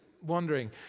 wondering